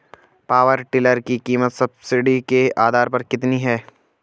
Power tiller की कीमत subsidy के आधार पर कितनी है?